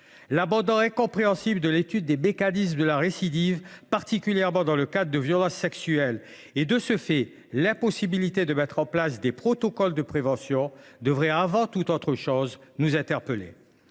L’abandon, incompréhensible, de l’étude des mécanismes de la récidive, particulièrement dans le cadre des violences sexuelles, et l’impossibilité qui en résulte de mettre en place des protocoles de prévention devrait avant toute chose nous interpeller.